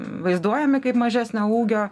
vaizduojami kaip mažesnio ūgio